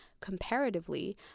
Comparatively